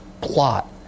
plot